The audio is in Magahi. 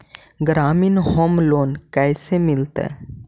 ग्रामीण होम लोन कैसे मिलतै?